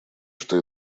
что